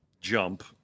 jump